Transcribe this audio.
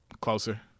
Closer